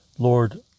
Lord